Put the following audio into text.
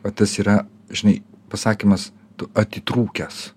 o tas yra žinai pasakymas tu atitrūkęs